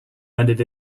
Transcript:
rendered